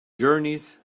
journeys